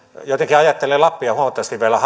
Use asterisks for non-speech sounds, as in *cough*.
jotenkin ajattelen lappia vielä *unintelligible*